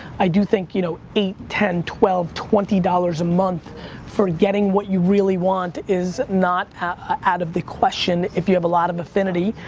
i do think you know eight, ten, twelve, twenty dollars a month for getting what you really want is not out of the question if you have a lot of affinity